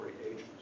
agents